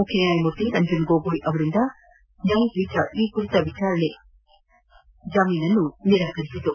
ಮುಖ್ಯ ನ್ಯಾಯಮೂರ್ತಿ ರಂಜನ್ ಗೊಗೊಯ್ ಅವರಿಂದ ನ್ಯಾಯಪೀಠ ಈ ಕುರಿತ ವಿಚಾರಣೆ ನಡೆಸಿ ಜಾಮೀನು ನಿರಾಕರಿಸಿತು